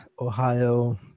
Ohio